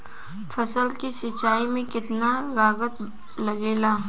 फसल की सिंचाई में कितना लागत लागेला?